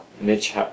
Mitch